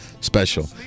special